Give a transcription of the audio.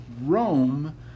Rome